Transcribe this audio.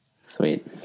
Sweet